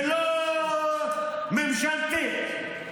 ולא ממשלתית.